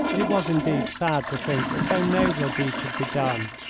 it was, indeed, sad to think that so noble a deed should be done,